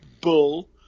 bull